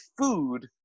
food